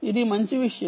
ఇది మంచి విషయం